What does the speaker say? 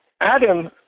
Adam